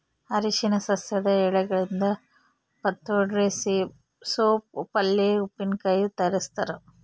ಅರಿಶಿನ ಸಸ್ಯದ ಎಲೆಗಳಿಂದ ಪತ್ರೊಡೆ ಸೋಪ್ ಪಲ್ಯೆ ಉಪ್ಪಿನಕಾಯಿ ತಯಾರಿಸ್ತಾರ